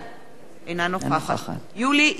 אינה נוכחת יולי יואל אדלשטיין,